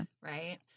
Right